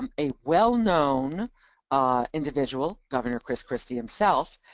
um a well-known individual, governor chris christie himself,